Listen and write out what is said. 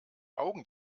augen